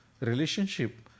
relationship